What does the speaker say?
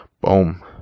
Boom